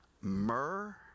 myrrh